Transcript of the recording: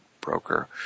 broker